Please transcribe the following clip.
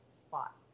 spot